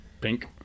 pink